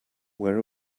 where